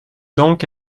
donc